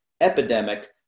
epidemic